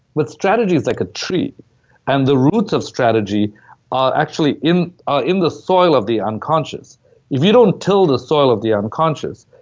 but strategy is like a tree and the roots of strategy are actually in ah in the soil of the unconscious if you don't till the soil of the unconscious,